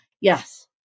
Yes